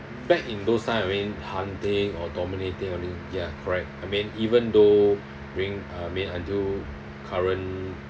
back in those time I mean hunting or dominating all these ya correct I mean even though bring uh I mean until current